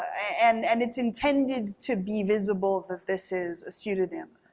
and and it's intended to be visible that this is a pseudonym.